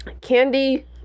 candy